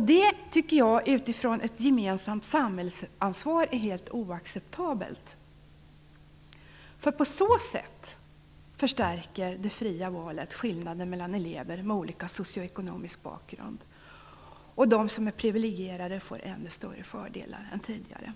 Det tycker jag, utifrån ett gemensamt samhällsansvar, är helt oacceptabelt. På så sätt förstärker det fria valet skillnaden mellan elever med olika socioekonomisk bakgrund, och de som är privilegierade får ännu större fördelar än tidigare.